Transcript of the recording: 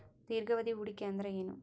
ದೀರ್ಘಾವಧಿ ಹೂಡಿಕೆ ಅಂದ್ರ ಏನು?